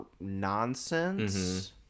nonsense